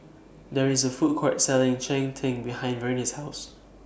There IS A Food Court Selling Cheng Tng behind Vernie's House